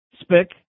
spick